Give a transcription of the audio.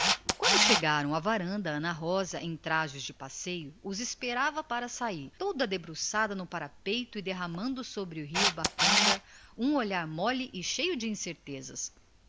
ao chegarem à varanda ana rosa já em trajes de passeio os esperava para sair toda debruçada no parapeito da janela e derramando sobre o bacanga um olhar mole e cheio de incertezas